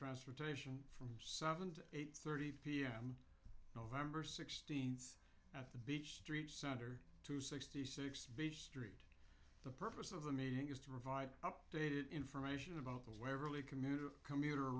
transportation from seven to eight thirty pm nov sixteenth at the big street center to sixty six beach street the purpose of the meeting is to provide updated information about where really commuter commuter